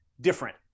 different